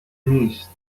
نیست